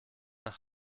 nach